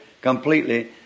completely